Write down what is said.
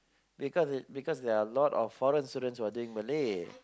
because it's because there are a lot of foreign students who are taking Malay